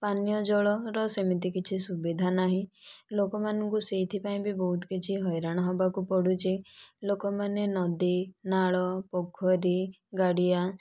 ପାନୀୟ ଜଳର ସେମିତି କିଛି ସୁବିଧା ନାହିଁ ଲୋକମାନଙ୍କୁ ସେଇଥିପାଇଁ ବି ବହୁତ କିଛି ହଇରାଣ ହବାକୁ ପଡ଼ୁଛି ଲୋକମାନେ ନଦୀ ନାଳ ପୋଖରୀ ଗାଡ଼ିଆ